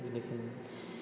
बेनिखायनो